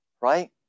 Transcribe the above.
right